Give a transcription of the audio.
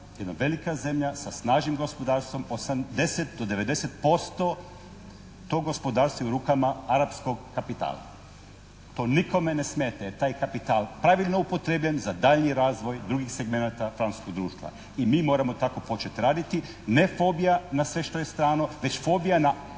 jedna velika zemlja sa snažnim gospodarstvom 80 do 90% to gospodarstvo je u rukama arapskog kapitala. To nikome ne smeta jer taj kapital je pravilno upotrijebljen za daljnji razvoj drugih segmenata francuskog društva i mi moramo tako početi raditi. Ne fobija na sve što je strano već fobija na